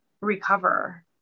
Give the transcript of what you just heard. recover